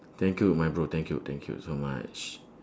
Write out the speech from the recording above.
thank you my bro thank you thank you so much